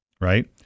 right